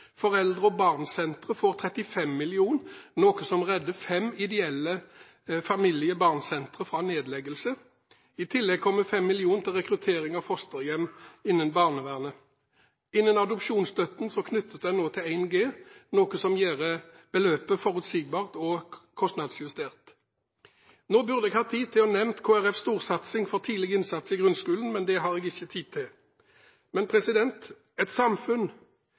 foreldre og barn-sentre får 35 mill. kr, noe som redder fem ideelle foreldre og barn-sentre fra nedleggelse. I tillegg kommer 5 mill. kr til rekruttering av fosterhjem innenfor barnevernet. Adopsjonsstøtten knyttes nå til 1 G, noe som gjør beløpet forutsigbart og kostnadsjustert. Nå burde jeg hatt tid til å nevne Kristelig Folkepartis storsatsing for tidlig innsats i grunnskolen, men det har jeg ikke tid til. Et samfunn